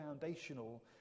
foundational